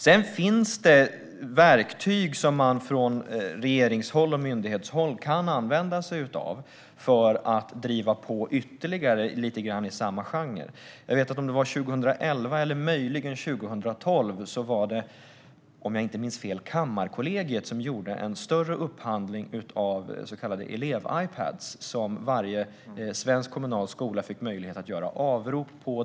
Sedan finns det verktyg som man från regerings och myndighetshåll kan använda sig av för att driva på ytterligare i samma genre. År 2011 eller 2012, om jag inte minns fel, gjorde Kammarkollegiet en större upphandling av så kallade elev-Ipadar, som varje svensk kommunal skola fick möjlighet att göra avrop på.